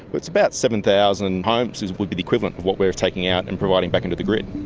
it's about seven thousand homes would be the equivalent of what we are taking out and providing back into the grid.